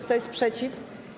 Kto jest przeciw?